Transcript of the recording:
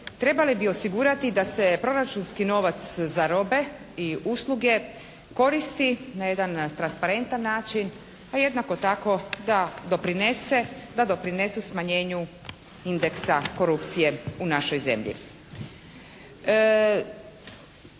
trebali bi osigurati da se proračunski novac za robe i usluge koristi na jedan transparentan način, pa jednako tako da doprinesu smanjenju indeksa korupcije u našoj zemlji.